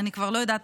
אני כבר לא יודעת,